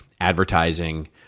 advertising